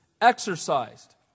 exercised